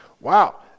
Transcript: Wow